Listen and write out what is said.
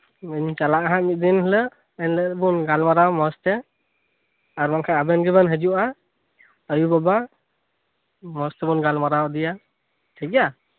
ᱤᱧ ᱪᱟᱞᱟᱜᱼᱟ ᱦᱟᱸᱜ ᱢᱤᱫ ᱫᱤᱱ ᱦᱤᱞᱳᱜ ᱮᱱᱦᱤᱞᱳᱜ ᱵᱚᱱ ᱜᱟᱞᱢᱟᱨᱟᱣᱟ ᱢᱚᱸᱡᱽ ᱛᱮ ᱟᱨ ᱵᱟᱝ ᱠᱷᱟᱱ ᱟᱵᱤᱱ ᱜᱮᱵᱮᱱ ᱦᱤᱡᱩᱜᱼᱟ ᱟᱭᱳ ᱵᱟᱵᱟ ᱢᱚᱸᱡᱽ ᱛᱮᱵᱚᱱ ᱜᱟᱞᱢᱟᱨᱟᱣ ᱤᱫᱤᱭᱟ ᱴᱷᱤᱠ ᱜᱮᱭᱟ